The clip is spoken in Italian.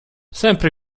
sempre